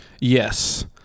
Yes